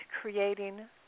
creating